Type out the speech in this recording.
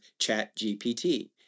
ChatGPT